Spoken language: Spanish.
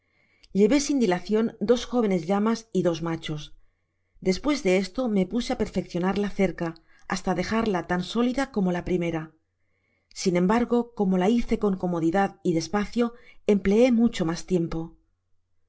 llevé sin dilacion dos jóvenes llamas y dos machos despues de esto me puse a perfeccionar la cerca hasta dejarla tan sólida como la primera sin embargo como la hice con comodidad y despacio empleé mucho mas tiempo